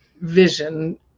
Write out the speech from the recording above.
vision